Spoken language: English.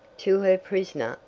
to her prisoner,